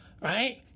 right